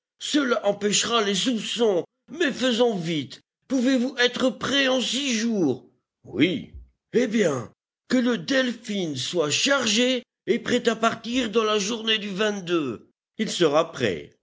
cela empêchera les soupçons mais faisons vite pouvez-vous être prêt en six jours oui eh bien que le delphin soit chargé et prêt à partir dans la journée du l sera prêt